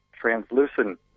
translucent